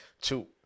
two